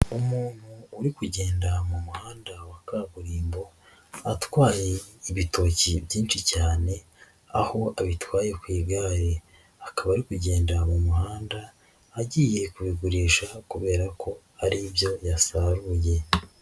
Umuntu uri kugenda mu muhanda wa kaburimbo, atwaye ibitoki byinshi cyane aho abitwaye ku igare akaba ari kugenda mu muhanda agiye kubigurisha kubera ko ari ibyo yasaruye.